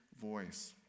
voice